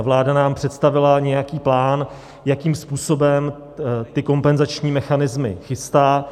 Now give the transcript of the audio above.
Vláda nám představila nějaký plán, jakým způsobem ty kompenzační mechanismy chystá.